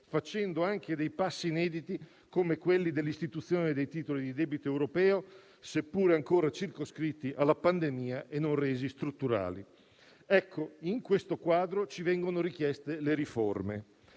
facendo anche dei passi inediti come l'istituzione dei titoli di debito europeo, seppur ancora circoscritti alla pandemia e non resi strutturali. In questo quadro ci vengono richieste le riforme.